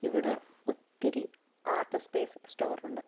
ഇവിടെ ഒത്തിരി art space store ഉണ്ട്